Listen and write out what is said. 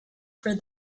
for